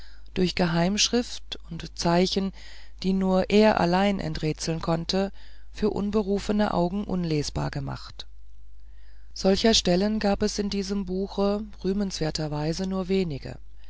durch geheimschrift und zeichen die nur er allein enträtseln konnte für unberufene augen unlesbar gemacht solcher stellen gab es in diesem buche rühmenswerterweise nur wenige